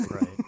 Right